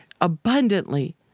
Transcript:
abundantly